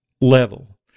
Level